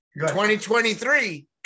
2023